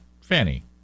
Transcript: fanny